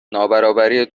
نابرابری